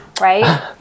right